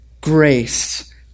Grace